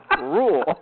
rule